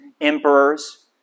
emperors